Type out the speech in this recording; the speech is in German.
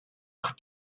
auch